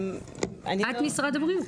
את משרד הבריאות.